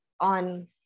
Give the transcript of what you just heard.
on